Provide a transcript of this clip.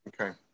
Okay